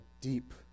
deep